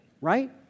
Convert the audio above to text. right